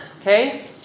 Okay